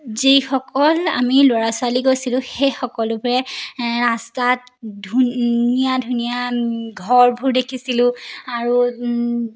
যিসকল আমি ল'ৰা ছোৱালী গৈছিলোঁ সেই সকলোবোৰে ৰাস্তাত ধুনীয়া ধুনীয়া ঘৰবোৰ দেখিছিলোঁ আৰু